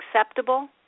acceptable